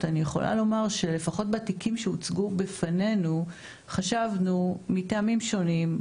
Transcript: אני יכולה לומר שלפחות בתיקים שהוצגו בפנינו חשבנו מטעמים שונים,